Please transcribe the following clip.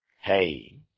Hey